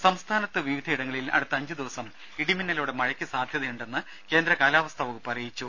രുക സംസ്ഥാനത്ത് വിവിധയിടങ്ങളിൽ അടുത്ത അഞ്ച് ദിവസം ഇടിമിന്നലോടെ മഴയ്ക്ക് സാധ്യതയെന്ന് കേന്ദ്ര കാലാവസ്ഥ വകുപ്പ് അറിയിച്ചു